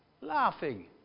laughing